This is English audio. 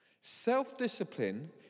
Self-discipline